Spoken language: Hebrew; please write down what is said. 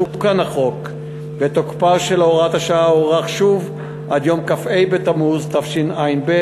תוקן החוק ותוקפה של הוראת השעה הוארך שוב עד יום כ"ה בתמוז התשע"ב,